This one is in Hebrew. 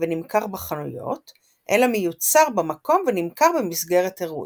ונמכר בחנויות אלא מיוצר במקום ונמכר במסגרת אירועים.